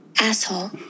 Asshole